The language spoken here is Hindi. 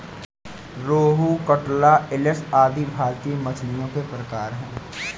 रोहू, कटला, इलिस आदि भारतीय मछलियों के प्रकार है